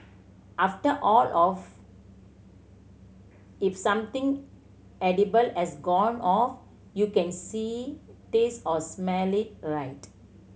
after all of if something edible has gone off you can see taste or smell it right